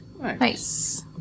Nice